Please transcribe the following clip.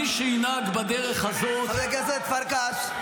מי שינהג בדרך הזאת --- חברת הכנסת פרקש.